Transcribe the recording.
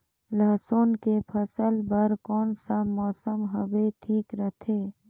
लसुन के फसल बार कोन सा मौसम हवे ठीक रथे?